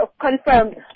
confirmed